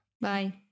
Bye